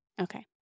Okay